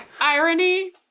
irony